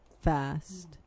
Fast